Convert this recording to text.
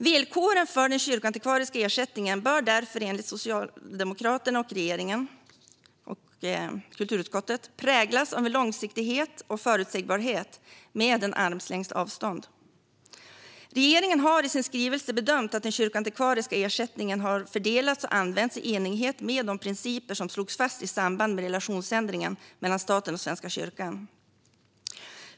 Villkoren för den kyrkoantikvariska ersättningen bör därför enligt Socialdemokraterna och regeringen samt kulturutskottet präglas av en långsiktighet och förutsägbarhet - och en armlängds avstånd. Regeringen har i sin skrivelse bedömt att den kyrkoantikvariska ersättningen har fördelats och använts i enlighet med de principer som slogs fast i samband med ändringen av relationen mellan staten och Svenska kyrkan.